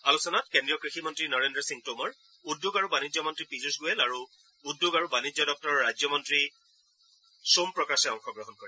আলোচনাত কেন্দ্ৰীয় কৃষিমন্ত্ৰী নৰেন্দ্ৰ সিং টোমৰ উদ্যোগ আৰু বাণিজ্য মন্ত্ৰী পীয়ুষ গোৱেল আৰু উদ্যোগ আৰু বাণিজ্য দপ্তৰৰ ৰাজ্যিক মন্ত্ৰী সোম প্ৰকাশে অংশগ্ৰহণ কৰে